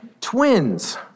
twins